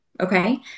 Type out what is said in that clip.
Okay